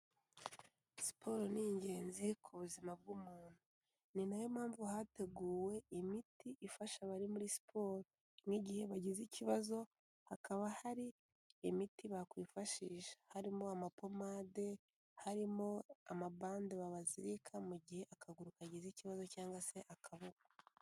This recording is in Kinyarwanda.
Siporo ni ingenzi ku buzima bw'umuntu, ni na yo mpamvu hateguwe imiti ifasha abari muri siporo, n'igihe bagize ikibazo hakaba hari imiti bakwifashisha, harimo amapomade, harimo amabande babazirika mu gihe akaguru kagize ikibazo cyangwase akaboko.